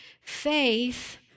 Faith